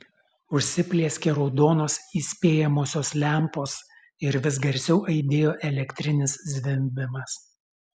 užsiplieskė raudonos įspėjamosios lempos ir vis garsiau aidėjo elektrinis zvimbimas